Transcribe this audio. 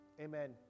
Amen